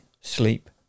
sleep